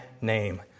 name